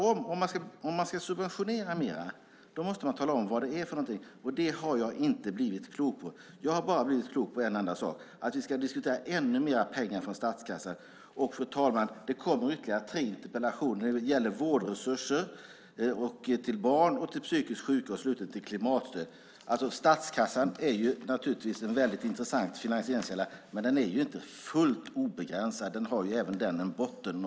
Om man ska subventionera mer måste man tala om vad som gäller. Det har jag inte blivit klok på. Jag har bara förstått att vi ska diskutera ännu mer pengar från statskassan. Fru talman! Det kommer ytterligare tre interpellationer. De handlar om vårdresurser till barn och psykiskt sjuka och om klimatstöd. Statskassan är naturligtvis en intressant finansieringskälla, men den är inte helt obegränsad. Den har en botten.